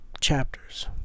chapters